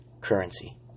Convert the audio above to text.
currency